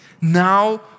Now